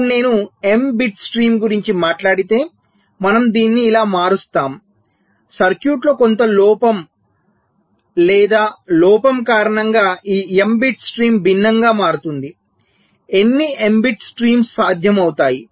ఇప్పుడు నేను m bit stream గురించి మాట్లాడితే మనము దీనిని ఇలా మారుస్తాము సర్క్యూట్లో కొంత లోపం లేదా లోపం కారణంగా ఈ m బిట్ స్ట్రీమ్ భిన్నంగా మారుతుంది ఎన్ని m బిట్ స్ట్రీమ్స్ సాధ్యం అవుతాయి